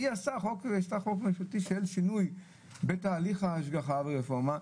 והיא עשתה חוק ממשלתי שאין שינוי בתהליך ההשגחה ברפורמה,